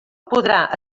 podrà